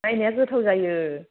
बायनाया गोथाव जायो